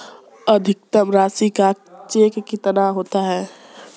अधिकतम राशि का चेक कितना होता है?